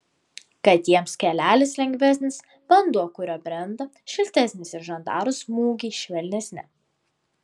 kad jiems kelelis lengvesnis vanduo kuriuo brenda šiltesnis ir žandarų smūgiai švelnesni